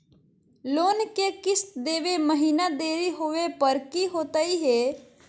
Loan के किस्त देवे महिना देरी होवे पर की होतही हे?